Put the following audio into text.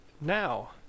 now